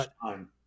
time